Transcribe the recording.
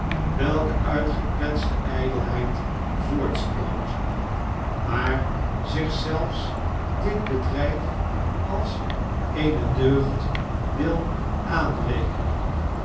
welke uit gekwetste ijdelheid voortsproot maar zich zelfs dit bedrijf als eene deugd wil aanrekenen